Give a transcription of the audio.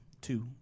Two